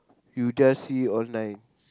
you just see online